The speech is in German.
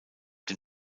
dem